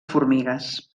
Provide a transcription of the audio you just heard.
formigues